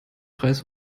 preis